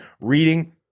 reading